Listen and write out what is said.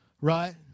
Right